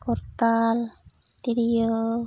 ᱠᱚᱨᱛᱟᱞ ᱛᱤᱨᱭᱳ